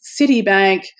Citibank